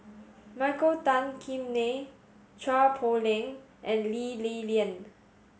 Michael Tan Kim Nei Chua Poh Leng and Lee Li Lian